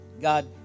God